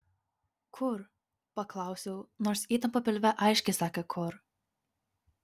kur paklausiau nors įtampa pilve aiškiai sakė kur